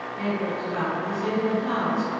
ned walks about with his head in the clouds.